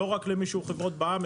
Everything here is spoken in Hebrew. ולא רק למי שהוא חברת בע"מ.